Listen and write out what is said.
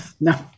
No